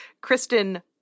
Kristen